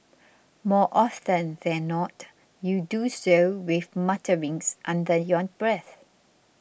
more often than not you do so with mutterings under your breath